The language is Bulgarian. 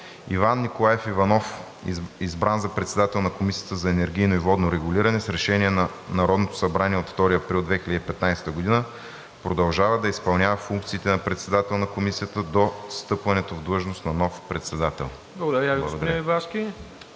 Иван Николаев Иванов, избран за председател на Комисията за енергийно и водно регулиране с Решение на Народното събрание от 2 април 2015 г., продължава да изпълнява функциите на председател на Комисията до встъпването в длъжност на нов председател.“ Благодаря.